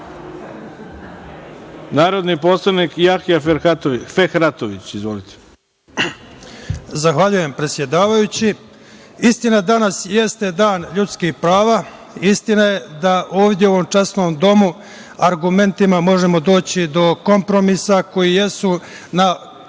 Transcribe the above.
Izvolite. **Jahja Fehratović** Zahvaljujem, predsedavajući. Istina, danas jeste Dan ljudskih prava. Istina je da ovde u ovom časnom domu argumentima možemo doći do kompromisa koji jesu na